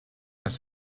als